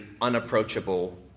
unapproachable